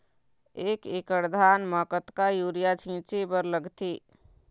एक एकड़ धान म कतका यूरिया छींचे बर लगथे?